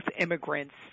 immigrants